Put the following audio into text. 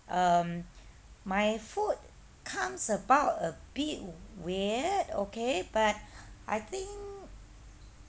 um my food comes about a bit weird okay but I think